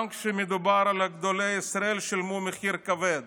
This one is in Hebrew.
גם כשמדובר על גדולי ישראל, שילם מחיר כבד